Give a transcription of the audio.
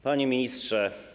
Panie Ministrze!